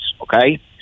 okay